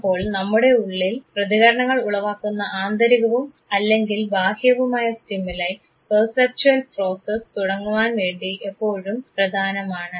അപ്പോൾ നമ്മുടെ ഉള്ളിൽ പ്രതികരണങ്ങൾ ഉളവാക്കുന്ന ആന്തരികവും അല്ലെങ്കിൽ ബാഹ്യവുമായ സ്റ്റിമുലൈ പേർസെപ്ച്വൽ പ്രോസസ് തുടങ്ങുവാൻ വേണ്ടി എപ്പോഴും പ്രധാനമാണ്